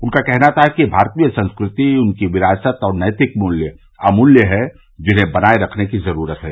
उनका कहना था कि भारतीय संस्कृति उसकी विरासत और नैतिक मूल्य अमूल्य हैं जिन्हें बनाये रखने की जरूरत है